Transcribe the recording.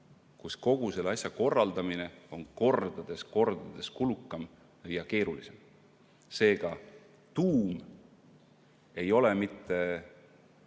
kus kogu selle asja korraldamine on kordades kulukam ja keerulisem. Seega, tuum ei ole mitte